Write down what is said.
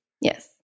Yes